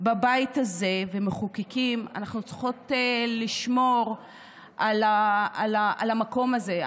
וכמחוקקים בבית הזה, צריכות לשמור על המקום הזה.